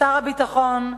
לשר הביטחון,